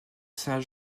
saint